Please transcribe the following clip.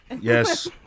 yes